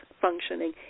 functioning